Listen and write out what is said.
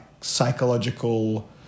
psychological